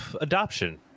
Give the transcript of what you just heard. adoption